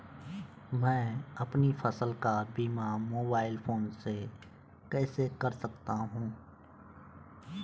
मैं अपनी फसल का बीमा मोबाइल फोन से कैसे कर सकता हूँ?